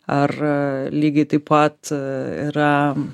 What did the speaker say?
ar lygiai taip pat yra